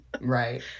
Right